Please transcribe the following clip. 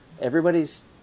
everybody's